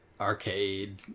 Arcade